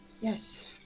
Yes